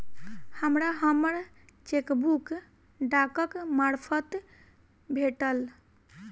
हमरा हम्मर चेकबुक डाकक मार्फत भेटल